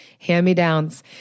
hand-me-downs